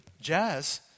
jazz